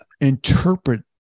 interpret